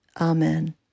Amen